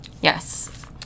Yes